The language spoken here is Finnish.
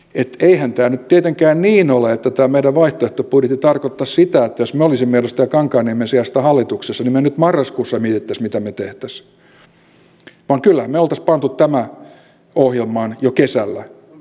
eihän tämä nyt tietenkään niin ole että tämä meidän vaihtoehtobudjettimme tarkoittaisi sitä että jos me olisimme edustaja kankaanniemen sijasta hallituksessa niin me nyt marraskuussa miettisimme mitä me tekisimme vaan kyllähän me olisimme panneet tämän ohjelmaan jo kesällä